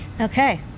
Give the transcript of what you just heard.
Okay